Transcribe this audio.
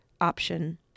option